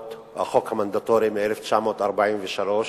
המנדטורי מ-1943,